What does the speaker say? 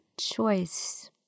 choice